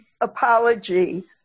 apology